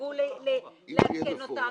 שידאגו לעדכן אותה,